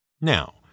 Now